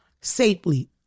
safely